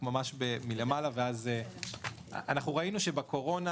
ובכן ראינו שבקורונה,